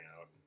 out